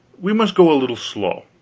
we must go a little slow.